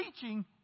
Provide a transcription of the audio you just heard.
teaching